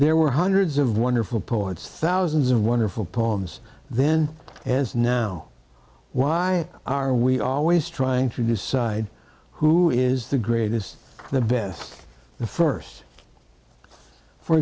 there were hundreds of wonderful poets thousands of wonderful poems then as now why are we always trying to decide who is the greatest the best the first for